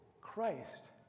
Christ